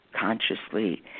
consciously